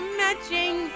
matching